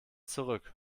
zurück